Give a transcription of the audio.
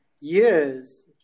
years